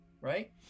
right